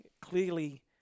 Clearly